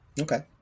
Okay